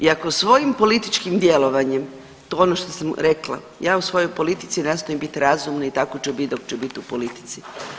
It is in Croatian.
I ako svojim političkim djelovanjem, to je ono što sam rekla, ja u svojoj politici nastojim razumna i tako ću bit dok ću bit u politici.